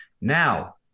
now